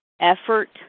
effort